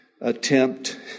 attempt